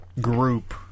group